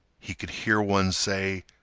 he could hear one say,